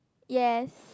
yes